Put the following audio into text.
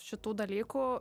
šitų dalykų